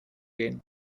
gehen